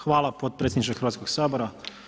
Hvala potpredsjedniče Hrvatskog sabora.